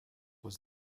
was